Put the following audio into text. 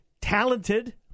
talented